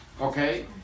Okay